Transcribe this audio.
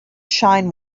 shine